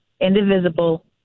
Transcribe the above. indivisible